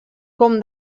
com